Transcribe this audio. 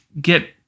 get